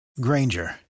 Granger